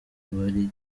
bari